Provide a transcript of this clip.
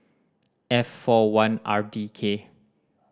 F four one R D K